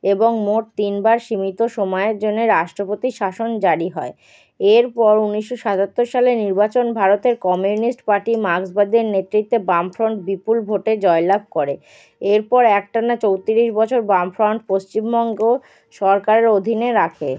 এবং মোট তিন বার সীমিত সময়ের জন্যে রাষ্ট্রপতি শাসন জারি হয় এর পর উনিশশো সাতাত্তর সালে নির্বাচন ভারতের কমিউনিস্ট পার্টি মার্ক্সবাদের নেতৃত্বে বামফ্রন্ট বিপুল ভোটে জয়লাভ করে এর পর একটানা চৌত্রিশ বছর বামফ্রন্ট পশ্চিমবঙ্গ সরকার অধীনে রাখে